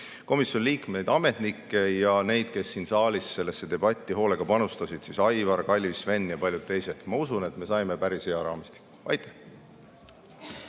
komisjoni liikmeid, ametnikke ja neid, kes siin saalis sellesse debatti hoolega panustasid, nagu Aivar, Kalvi, Sven ja paljud teised. Ma usun, et me saime päris hea raamistiku. Aitäh!